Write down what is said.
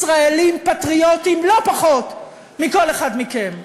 ישראלים פטריוטים לא פחות מכל אחד מכם.